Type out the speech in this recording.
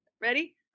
Ready